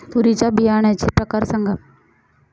तूरीच्या बियाण्याचे प्रकार सांगा